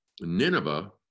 Nineveh